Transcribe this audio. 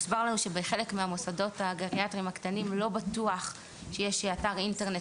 הוסבר לנו שבחלק מהמוסדות הגריאטריים הקטנים לא בטוח שיש אתר אינטרנט